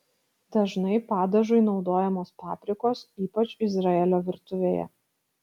dažnai padažui naudojamos paprikos ypač izraelio virtuvėje